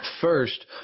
First